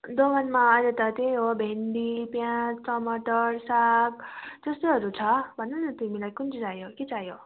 दोकानमा अहिले त त्यही हो भेन्डी प्याज टमाटर साग त्यस्तैहरू छ भन न तिमीलाई कुन चाहिँ चाहियो के चाहियो